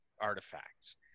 artifacts